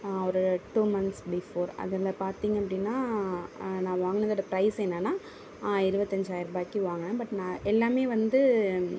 ஒரு two months before அதில் பார்த்திங்க அப்படினா நான் வாங்குனதோடய ப்ரைஸ் என்னென்னா இருபத்தஞ்சாயரூபாக்கி வாங்கினேன் பட் நான் எல்லாமே வந்து